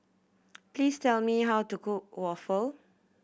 please tell me how to cook waffle